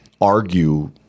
argue